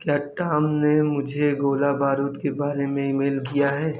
क्या टॉम ने मुझे गोला बारूद के बारे में ईमेल किया है